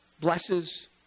blesses